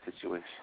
situation